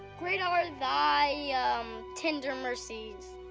great ah are thy tender mercies.